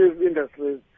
industries